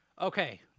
Okay